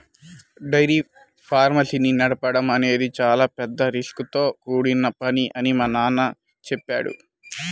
dairy farms ని నడపడం అనేది చాలా పెద్ద రిస్కుతో కూడుకొన్న పని అని మా నాన్న చెప్పాడు